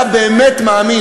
אתה באמת מאמין,